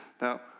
now